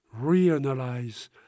reanalyze